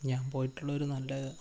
ഞാന് പോയിട്ടുളൊരു നല്ല